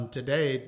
today